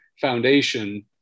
Foundation